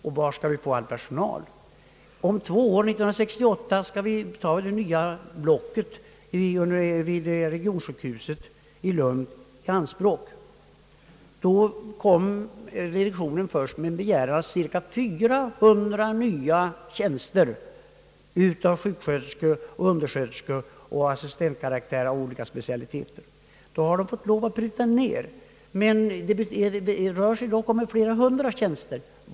Varifrån skall vi då ta all personal? Om två år, år 1968, skall vi ta inom regionsjukhuset i Lund det nya blocket i anspråk. Direktionen har här först begärt för detta ca 400 nya tjänster av sjuksköterskor, undersköterskor, assistenter och biträden av olika slag. Sedan har direktionen fått lov att pruta på sina anspråk, men det rör sig dock om ett par hundra nya tjänster.